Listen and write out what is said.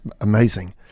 amazing